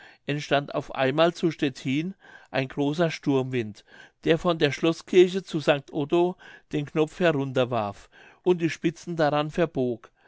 entstand auf einmal zu stettin ein großer sturmwind der von der schloßkirche zu st otto den knopf herunterwarf und die spitzen daran verbog